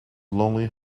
lonely